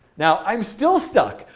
now i'm still stuck.